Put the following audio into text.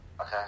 Okay